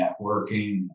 networking